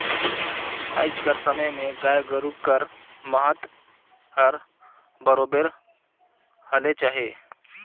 आएज कर समे में गाय गरू कर महत हर बरोबेर हलेच अहे